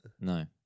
No